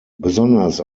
besonders